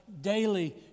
daily